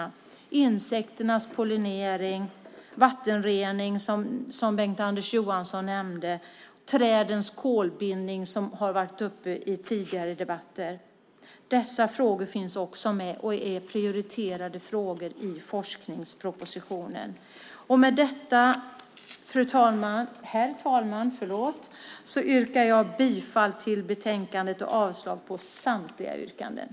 Det handlar om insekternas pollinering, vattenrening, som Bengt-Anders Johansson nämnde, och trädens kolbindning, som har varit uppe i tidigare debatter. Dessa frågor finns också med och är prioriterade frågor i forskningspropositionen. Med detta, herr talman, yrkar jag bifall till förslaget i betänkandet och avslag på samtliga reservationer.